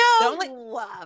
No